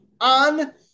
on